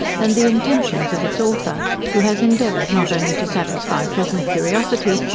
than the intentions of its author, who has endeavoured not only to satisfy present curiosity,